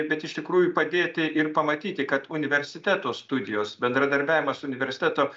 bet iš tikrųjų padėti ir pamatyti kad universiteto studijos bendradarbiavimas universiteto